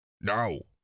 No